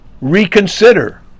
reconsider